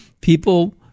people